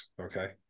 okay